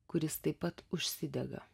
kuris taip pat užsidega